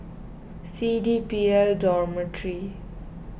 C D P L Dormitory